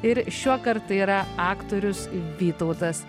ir šiuokart tai yra aktorius vytautas